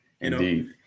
indeed